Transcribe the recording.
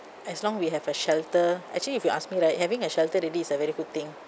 as long we have a shelter actually if you ask me like having a shelter really is a very good thing